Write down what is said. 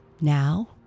Now